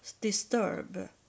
disturb